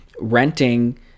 renting